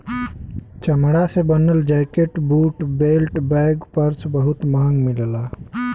चमड़ा से बनल jacket, boot, belt, bag, purse बहुत महंग मिलला